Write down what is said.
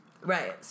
Right